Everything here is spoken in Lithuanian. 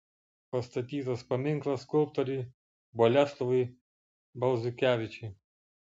pastatytas paminklas skulptoriui boleslovui balzukevičiui